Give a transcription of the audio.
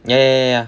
ya ya ya ya